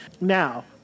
Now